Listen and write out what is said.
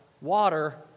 water